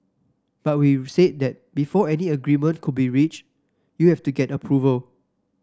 but we will say that before any agreement could be reached you have to get approval